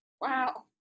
Wow